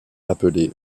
appelés